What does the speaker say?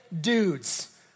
dudes